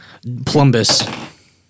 Plumbus